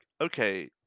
okay